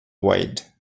wide